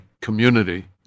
community